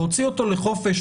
להוציא אותו לחופש?